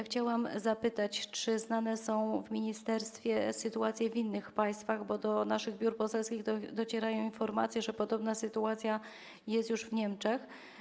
Chciałam zapytać, czy znane są w ministerstwie sytuacje w innych państwach, bo do naszych biur poselskich docierają informacje, że podobna sytuacja jest już w Niemczech.